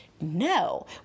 no